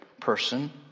person